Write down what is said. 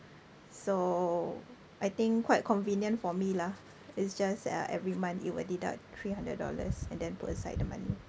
so I think quite convenient for me lah it's just ya every month it will deduct three hundred dollars and then put aside the money